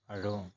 আৰু